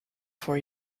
for